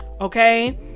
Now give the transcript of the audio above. okay